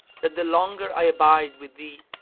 that the longer i abide with thee,